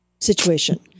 situation